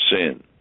sin